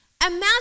Imagine